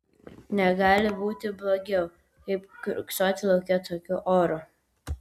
negali būti blogiau kaip kiurksoti lauke tokiu oru